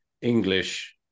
English